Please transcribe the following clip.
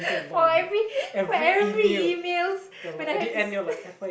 for every for every emails when I have to